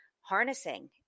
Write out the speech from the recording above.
harnessing